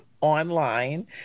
online